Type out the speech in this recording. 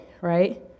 right